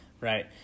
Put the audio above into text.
Right